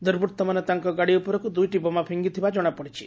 ଦୁର୍ବୃଉମାନେ ତାଙ୍କ ଗାଡି ଉପରକୁ ଦୁଇଟି ବୋମା ପିଙ୍ଗିଥିବା ଜଶାପଡିଛି